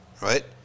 right